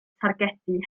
targedu